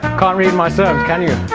can't read my serves, can you?